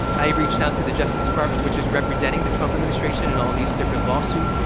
i reached out to the justice department, which is representing the trump administration in all these different lawsuits.